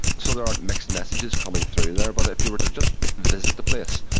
so there are mixed messages coming through there. but if you were to just visit the place,